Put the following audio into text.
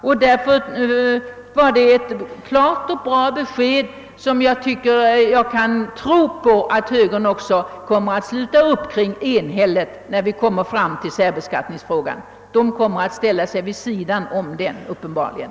Därför var det ett klart och bra besked som jag kan tro att högern enhälligt kommer att sluta upp kring när vi behandlar särbeskattningsfrågan — högern kommer uppenbarligen att ställa sig vid sidan om den.